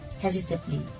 Hesitantly